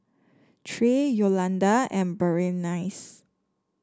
Tre Yolanda and Berenice